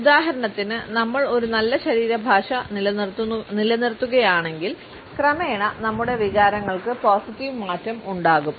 ഉദാഹരണത്തിന് നമ്മൾ ഒരു നല്ല ശരീരഭാഷ നിലനിർത്തുകയാണെങ്കിൽ ക്രമേണ നമ്മുടെ വികാരങ്ങൾക്ക് പോസിറ്റീവ് മാറ്റം ഉണ്ടാകും